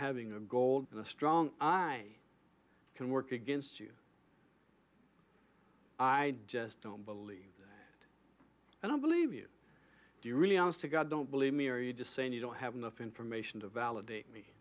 having a goal the strong i can work against you i just don't believe that and i'll believe you do you really honest to god don't believe me or you just saying you don't have enough information to validate me